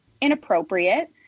inappropriate